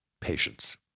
patience